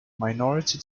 minority